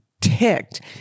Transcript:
ticked